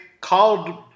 called